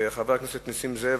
וחבר הכנסת נסים זאב,